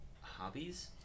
hobbies